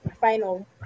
Final